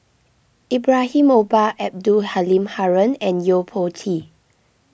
Ibrahim Omar Abdul Halim Haron and Yo Po Tee